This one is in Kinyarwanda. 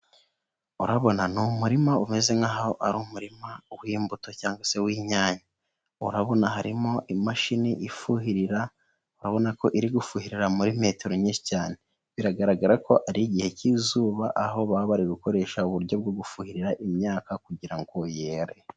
Urabona ni umurima umeze nkaho ari umurima wiimbuto cyangwa se w'inyanya, urabona harimo imashini ifuhirira urabona ko iri gufuhira muri metero nyinshi cyane, biragaragara ko ari igihe cy'izuba aho baba bari gukoresha uburyo bwo gufuhira imyaka, kugira ngo yere.